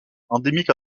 endémique